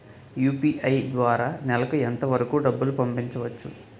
UPI ద్వారా నెలకు ఎంత వరకూ డబ్బులు పంపించవచ్చు?